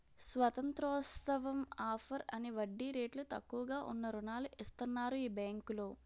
స్వతంత్రోత్సవం offer అని వడ్డీ రేట్లు తక్కువగా ఉన్న రుణాలు ఇస్తన్నారు ఈ బేంకులో